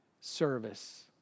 service